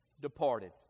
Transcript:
departed